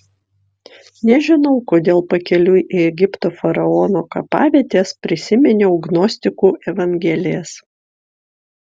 nežinau kodėl pakeliui į egipto faraonų kapavietes prisiminiau gnostikų evangelijas